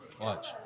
Watch